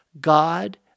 God